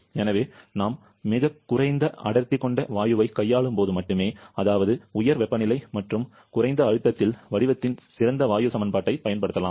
எனவே நாம் மிகக் குறைந்த அடர்த்தி கொண்ட வாயுவைக் கையாளும் போது மட்டுமே அதாவது உயர் வெப்பநிலை மற்றும் குறைந்த அழுத்தத்தில் வடிவத்தின் சிறந்த வாயு சமன்பாட்டைப் பயன்படுத்தலாம்